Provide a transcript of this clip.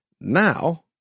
Now